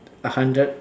a hundred